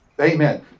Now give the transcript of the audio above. Amen